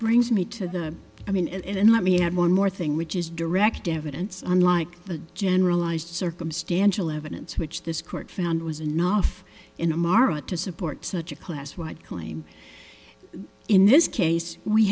brings me to the i mean and let me add one more thing which is direct evidence on like the generalized circumstantial evidence which this court found was a not in a market to support such a class wide claim in this case we